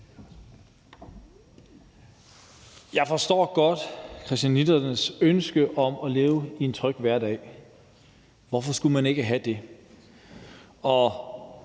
Jeg forstår godt christianitternes ønske om at leve i en tryg hverdag. Hvorfor skulle man ikke have det?